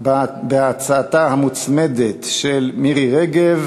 על הצעתו המוצמדת של חבר הכנסת ניצן הורוביץ,